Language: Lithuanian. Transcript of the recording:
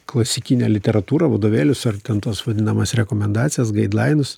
klasikinę literatūrą vadovėlius ar ten tuos vadinamas rekomendacijas gaidlainus